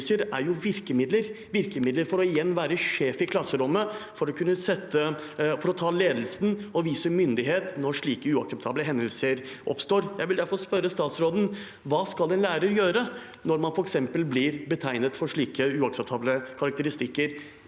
er virkemidler for igjen å kunne være sjef i klasserommet, for å kunne ta ledelsen og vise myndighet når slike uakseptable hendelser oppstår. Jeg vil derfor spørre statsråden: Hva skal en lærer gjøre når man f.eks. blir gitt slike uakseptable karakteristikker